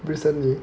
recently